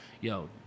Yo